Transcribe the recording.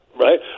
Right